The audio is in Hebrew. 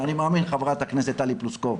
ואני מאמין ח"כ טלי פלוסקוב,